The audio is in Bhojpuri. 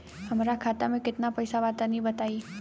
हमरा खाता मे केतना पईसा बा तनि बताईं?